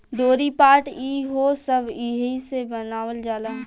डोरी, पाट ई हो सब एहिसे बनावल जाला